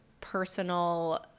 personal